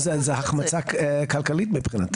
זו החמצה כלכלית מבחינתם.